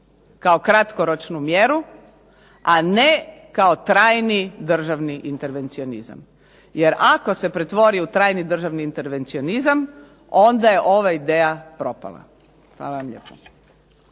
kao kratkoročnu mjeru a ne kao trajni državni intervencionizam. Jer ako se pretvori u trajni državni intervencionizam onda je ova ideja propala. Hvala vam lijepo.